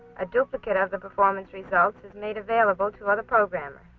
a duplicate of the performance results is made available to other programs.